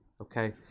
okay